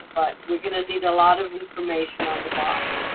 we're going to need a lot of information on the buyer.